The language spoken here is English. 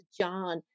John